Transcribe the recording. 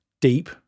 deep